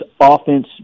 offense